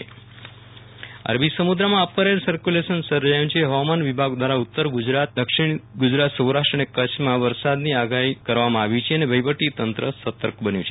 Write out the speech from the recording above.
વિરલ રાણા હવામાન વરસાદ અરબી સમુદ્રમાં અપર સરક્યુલેશન સર્જાયુ છે હવામાન વિભાગ દ્રારા ઉત્તર ગુજરાત દક્ષિણ ગુજરાત સૌરાષ્ટ્ર અને કચ્છમાં વરસાદની આગાહી કરવામાં આવી છે ત્યારે કચ્છ વહીવટીતંત્ર સર્તક બન્યુ છે